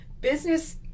business